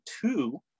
two